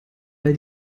weil